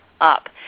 up